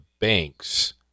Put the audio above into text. banks